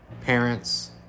parents